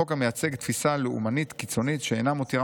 חוק המייצג תפיסה לאומנית קיצונית שאינה מותירה